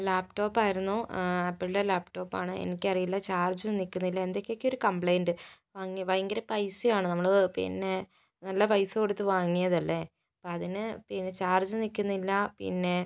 ലാപ്ടോപ്പായിരുന്നു ആപ്പിളിൻ്റെ ലാപ്ടോപ്പാണ് എനിക്ക് അറിയില്ല ചാർജ് നിൽക്കുന്നില്ല എന്തൊക്കെയോ ഒരു കംപ്ലൈന്റ് വാങ്ങി ഭയങ്കര പൈസയാണ് നമ്മള് പിന്നെ നല്ല പൈസ കൊടുത്ത് വാങ്ങിയതല്ലേ അപ്പോൾ അതിന് പിന്നെ ചാർജ് നിൽക്കുന്നില്ല പിന്നെ